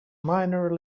minor